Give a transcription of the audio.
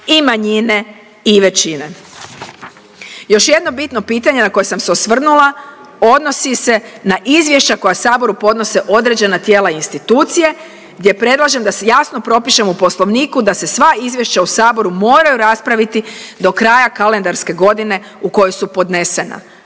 i manjine i većine. Još jedno bitno pitanje na koje sam se osvrnula odnosi se na izvješća koja Saboru podnose određena tijela i institucije gdje predlažem da jasno propišemo u Poslovniku da se sva izvješća u Saboru moraju raspraviti do kraja kalendarske godine u kojoj su podnesena.